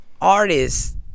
artists